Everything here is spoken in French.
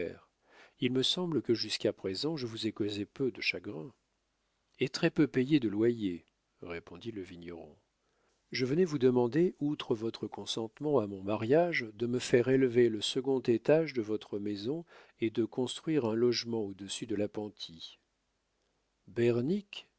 il me semble que jusqu'à présent je vous ai causé peu de chagrin et très-peu payé de loyers répondit le vigneron je venais vous demander outre votre consentement à mon mariage de me faire élever le second étage de votre maison et de construire un logement au-dessus de l'appentis